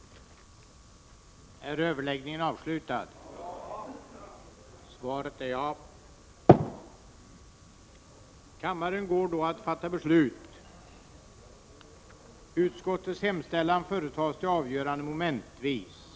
SA Sag Gruvdriften i Danne